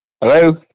hello